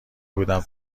بودم